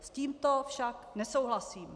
S tímto však nesouhlasím.